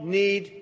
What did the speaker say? need